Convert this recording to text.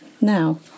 now